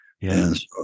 Yes